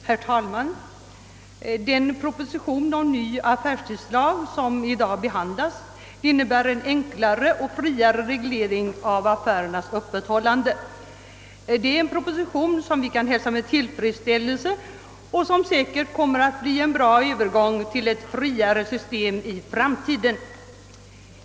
Herr talman! Den proposition om ny affärstidslag som i dag behandlas föreslår en enklare och friare reglering av affärernas öppethållande. Det är en proposition som vi kan hälsa med tillfredsställelse. Om dess förslag genomföres kommer det säkerligen att bilda en övergång till ett friare system i framtiden.